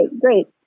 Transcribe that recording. great